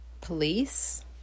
police